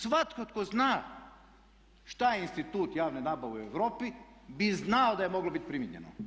Svatko tko zna šta je institut javne nabave u Europi bi znao da je moglo biti primijenjeno.